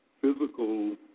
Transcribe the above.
physical